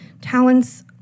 talents